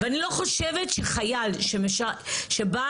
ואני לא חושבת שחייל שבא,